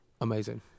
Amazing